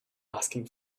asking